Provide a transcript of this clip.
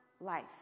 life